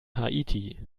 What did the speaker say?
haiti